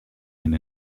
and